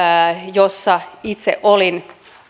jossa itse olin